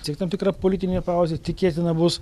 tik tam tikra politinė pauzė tikėtina bus